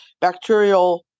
bacterial